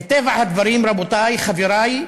מטבע הדברים, רבותי, חברי,